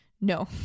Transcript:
No